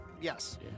yes